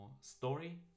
story